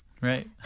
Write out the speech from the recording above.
Right